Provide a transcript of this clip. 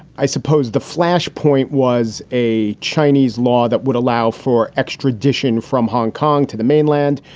i suppose the flash point was a chinese law that would allow for extradition from hong kong to the mainland,